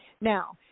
Now